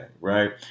right